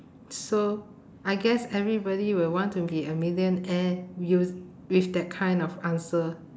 so I guess everybody will want to be a millionaire us~ with that kind of answer